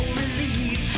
relief